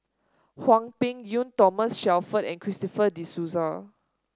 Hwang Peng Yuan Thomas Shelford and Christopher De Souza